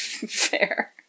Fair